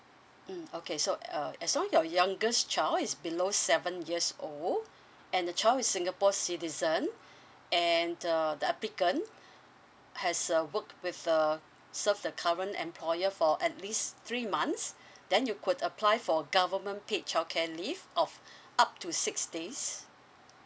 mm okay so uh as long as your youngest child is below seven years old and the child is singapore citizen and uh the applicant has uh worked with uh serve the current employer for at least three months then you can apply for government paid childcare leave of up to six days